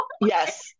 Yes